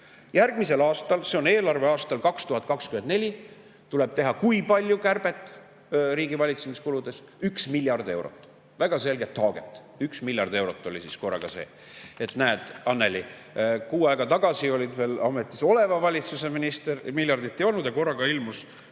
Järgmisel aastal, see on eelarveaastal 2024, tuleb kui palju teha kärbet riigi valitsemiskuludes? Üks miljard eurot väga selget haaget. Korraga 1 miljard eurot oli siis. Näed, Annely, kuu aega tagasi olid veel ametis oleva valitsuse minister ja miljardit ei olnud, aga korraga ilmus